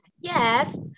Yes